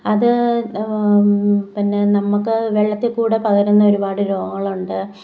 അത് പിന്നെ നമുക്ക് വെള്ളത്തിൽക്കൂടെ പകരുന്ന ഒരുപാട് രോഗങ്ങൾ ഉണ്ട്